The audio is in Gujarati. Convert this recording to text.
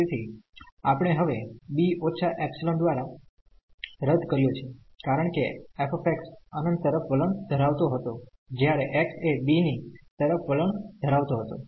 તેથી આપણે હવે b − ε દ્વારા રદ કર્યો છે કારણ કે f અનંત તરફ વલણ ધરાવતો હતો જ્યારે x એ b ની તરફ વલણ ધરાવતો હતો